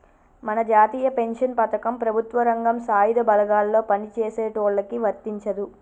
మన జాతీయ పెన్షన్ పథకం ప్రభుత్వ రంగం సాయుధ బలగాల్లో పని చేసేటోళ్ళకి వర్తించదు